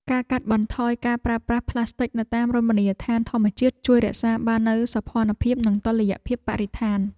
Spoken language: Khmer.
ការកាត់បន្ថយការប្រើប្រាស់ផ្លាស្ទិកនៅតាមរមណីយដ្ឋានធម្មជាតិជួយរក្សាបាននូវសោភ័ណភាពនិងតុល្យភាពបរិស្ថាន។